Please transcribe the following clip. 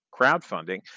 crowdfunding